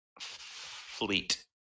Fleet